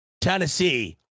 Tennessee